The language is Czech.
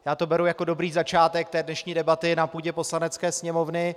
Já to beru jako dobrý začátek té dnešní debaty na půdě Poslanecké sněmovny.